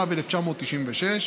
תודה, חבר הכנסת שי.